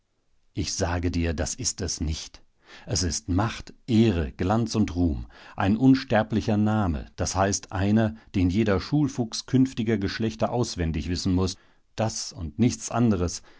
ich sage dir das ist es nicht es ist macht ehre glanz und ruhm ein unsterblicher name das heißt einer den jeder schulfuchs künftiger geschlechter auswendig wissen muß das und nichts anderes